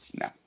no